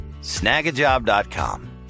Snagajob.com